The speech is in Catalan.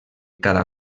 cada